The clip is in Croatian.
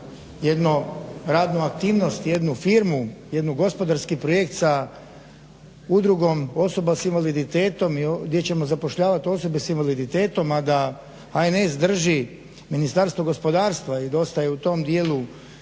jednu radnu aktivnost, jednu firmu, jednu gospodarski projekt sa Udrugom osoba s invaliditetom gdje ćemo zapošljavati osobe s invaliditetom, a da HNS drži Ministarstvo gospodarstva dosta je u tom dijelu